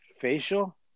Facial